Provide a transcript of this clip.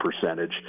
percentage